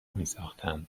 میساختند